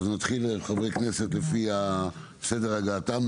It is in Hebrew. נתחיל לפי סדר הגעתם של חברי הכנסת.